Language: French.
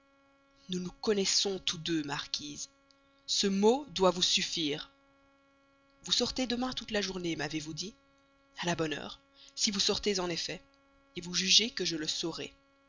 nous nous connaissons tous deux marquise ce mot doit vous suffire vous sortez demain toute la journée m'avez-vous dit a la bonne heure si vous sortez en effet vous jugez que je le saurai